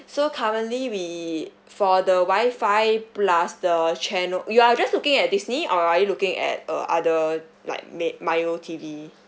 so currently we for the wi fi plus the channel you are just looking at disney or are you looking at uh other like ma~ mio T_V